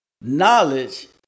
knowledge